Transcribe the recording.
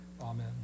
amen